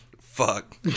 Fuck